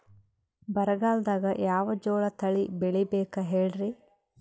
ಬರಗಾಲದಾಗ್ ಯಾವ ಜೋಳ ತಳಿ ಬೆಳಿಬೇಕ ಹೇಳ್ರಿ?